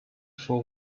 for